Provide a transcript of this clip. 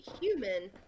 human